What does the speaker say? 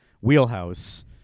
wheelhouse